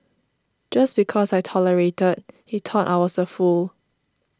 just because I tolerated he thought I was a fool